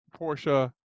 Porsche